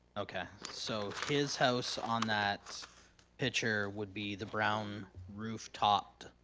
okay, so his house on that picture would be the brown roof-topped,